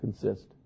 consist